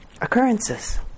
occurrences